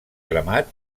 cremat